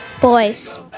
Boys